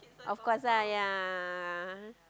of course lah ya